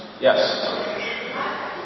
Yes